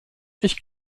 ich